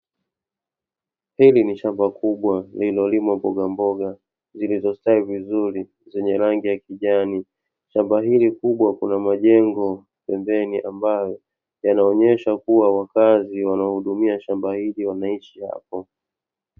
Hili ni shamba kubwa lililolimwa mbogamboga zilizostawi vizuri zenye rangi ya kijani. Shamba hili kubwa kuna majengo pembeni ambayo yanaonesha kuwa wakazi wanaohudumia shamba hili wanaishi hapo.